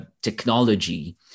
technology